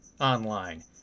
online